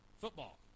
football